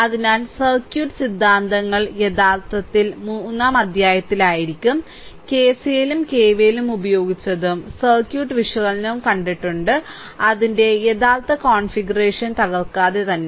അതിനാൽ സർക്യൂട്ട് സിദ്ധാന്തങ്ങൾ യഥാർത്ഥത്തിൽ 3 ാം അധ്യായത്തിലായിരിക്കും KCLല്ലും KVLല്ലും ഉപയോഗിച്ചതും സർക്യൂട്ട് വിശകലനവും കണ്ടിട്ടുണ്ട് അതിന്റെ യഥാർത്ഥ കോൺഫിഗറേഷനെ തകർക്കാതെ തന്നെ